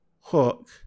hook